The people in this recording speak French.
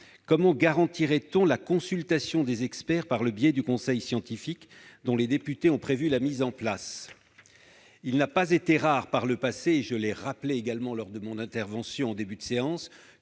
Comment garantirait-on la consultation des experts par le biais du conseil scientifique dont les députés ont prévu la mise en place ? Il n'a pas été rare par le passé, comme je l'ai également rappelé lors de mon intervention en début de séance,